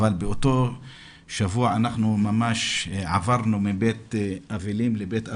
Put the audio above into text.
אבל באותו שבוע ממש עברנו מבית אבלים לבית אבלים.